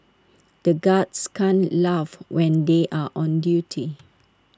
the guards can't laugh when they are on duty